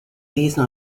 lesen